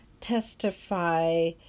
testify